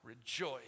rejoice